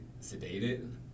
sedated